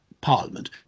parliament